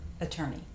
attorney